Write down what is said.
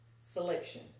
selection